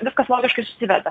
viskas logiškai susiveda